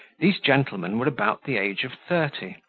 these gentlemen were about the age of thirty,